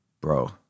Bro